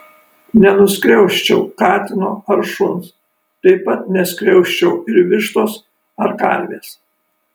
nenuskriausčiau katino ar šuns taip pat neskriausčiau ir vištos ar karvės